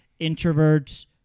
introverts